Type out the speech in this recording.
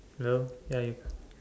hello ya you